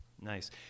Nice